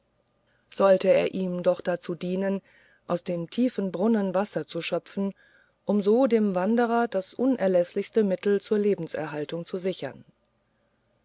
sollte er ihm doch dazu dienen aus den tiefen brunnen wasser zu schöpfen um so dem wanderer das unerläßlichste mittel zur lebenserhaltung zu sichern